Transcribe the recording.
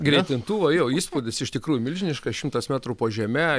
greitintuvo jo įspūdis iš tikrųjų milžiniškas šimtas metrų po žeme